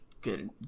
Good